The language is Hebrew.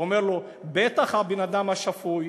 אומר לו: בטח הבן-אדם השפוי